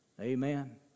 Amen